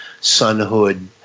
sonhood